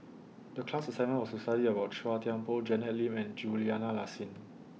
The class assignment was to study about Chua Thian Poh Janet Lim and Juliana Yasin